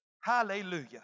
hallelujah